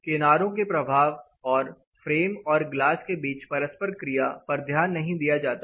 किनारों के प्रभाव और फ्रेम और ग्लास के बीच की परस्पर क्रिया पर ध्यान नहीं दिया जाता है